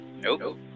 Nope